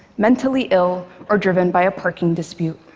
mentally ill or driven by a parking dispute.